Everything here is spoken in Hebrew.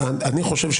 חושב,